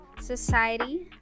society